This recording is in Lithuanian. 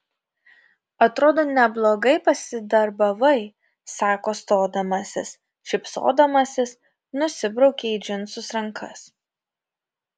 atrodo neblogai pasidarbavai sako stodamasis šypsodamasis nusibraukia į džinsus rankas